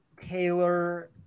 Taylor